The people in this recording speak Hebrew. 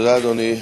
תודה, אדוני.